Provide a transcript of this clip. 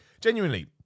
Genuinely